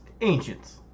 ancients